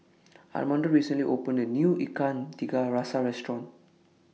Armando recently opened A New Ikan Tiga Rasa Restaurant